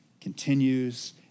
continues